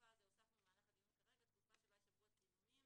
תקופה שבה יישמרו הצילומים